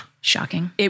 Shocking